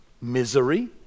Misery